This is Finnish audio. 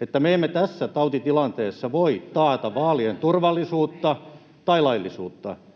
että me emme tässä tautitilanteessa voi taata vaalien turvallisuutta tai laillisuutta,